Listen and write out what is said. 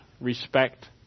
respect